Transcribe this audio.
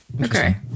okay